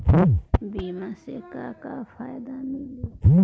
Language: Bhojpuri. बीमा से का का फायदा मिली?